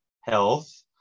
health